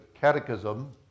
Catechism